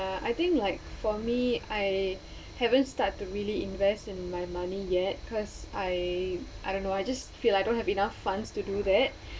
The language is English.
uh I think like for me I haven't start to really invest in my money yet cause I I don't know I just feel I don't have enough funds to do that